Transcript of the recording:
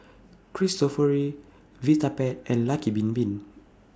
Cristofori Vitapet and Lucky Bin Bin